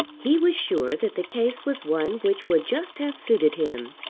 he was sure that the case was one which would just have suited him.